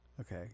Okay